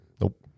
Nope